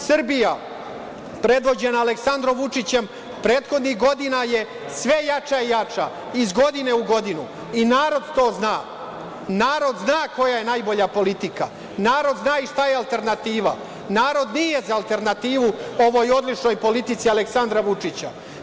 Srbija, predvođena Aleksandrom Vučićem prethodnih godina je sve jača i jača, iz godine u godinu, narod to zna, narod zna koja je najbolja politika, narod zna i šta je alternativa, narod nije za alternativu ovoj odličnoj politici Aleksandra Vučića.